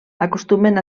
acostumen